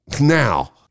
now